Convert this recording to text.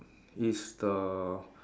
is the